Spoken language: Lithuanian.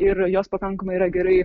ir jos pakankamai yra gerai